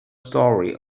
story